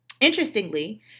Interestingly